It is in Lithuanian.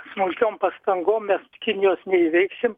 smulkiom pastangom mes kinijos neįveiksim